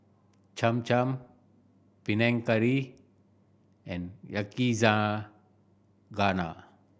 Cham Cham Panang Curry and Yakizakana